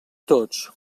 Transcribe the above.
tots